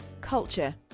culture